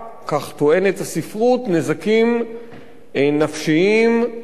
נזקים נפשיים לא מבוטלים.